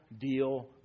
deal